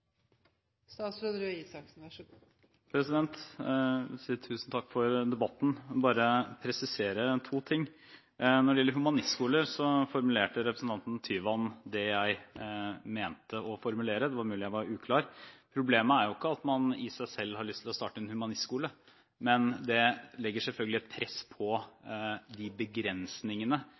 Tyvand det jeg mente å formulere – det er mulig jeg var uklar. Problemet er ikke at man i seg selv har lyst til å starte en humanistskole, men det legger selvfølgelig et press på begrensningene